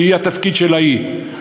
שהתפקיד שלה הוא,